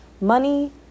Money